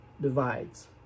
divides